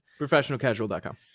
Professionalcasual.com